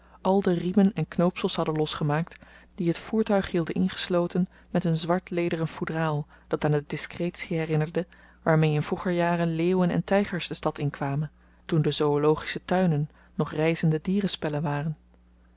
al de riemen en knoopsels hadden losgemaakt die het voertuig hielden ingesloten met een zwart lederen foedraal dat aan de diskretie herinnerde waarmee in vroeger jaren leeuwen en tygers de stad inkwamen toen de zoölogische tuinen nog reizende dierenspellen waren